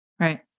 Right